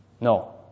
No